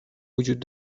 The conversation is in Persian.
وجود